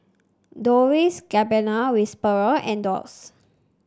Dolce Gabbana Whisper and Doux